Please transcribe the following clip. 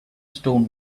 stone